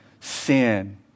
sin